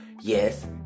Yes